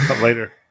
later